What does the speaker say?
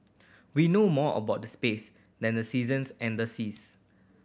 we know more about the space than the seasons and the seas